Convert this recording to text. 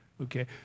okay